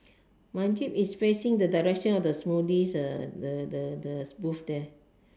my jeep is facing the direction of the smoothies uh the the the booth there